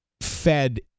fed